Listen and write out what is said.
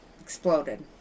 Exploded